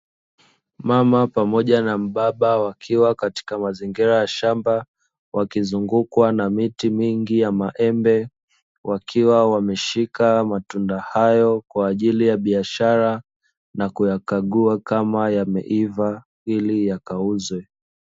Mama na Baba, wakiwa katika mazingira ya shamba, wakizungukwa na miti mingi ya maembe, wakiwa wameshika matunda hayo kwa ajili ya biashara na kuyakagua kama yameiva ili yakauzwe.